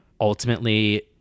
ultimately